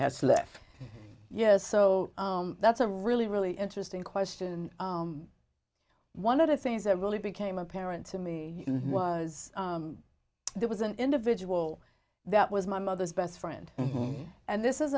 has left yes so that's a really really interesting question and one of the things that really became apparent to me was there was an individual that was my mother's best friend and this is